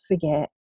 forget